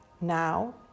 Now